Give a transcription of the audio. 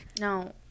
No